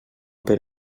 per